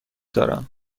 دارم